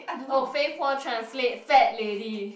oh fei po translate fat lady